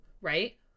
Right